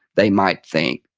they might think,